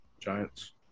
Giants